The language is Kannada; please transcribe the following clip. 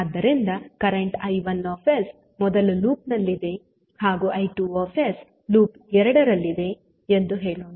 ಆದ್ದರಿಂದ ಕರೆಂಟ್ I1 ಮೊದಲ ಲೂಪ್ ನಲ್ಲಿದೆ ಹಾಗೂ I2 ಲೂಪ್ 2 ನಲ್ಲಿದೆ ಎಂದು ಹೇಳೋಣ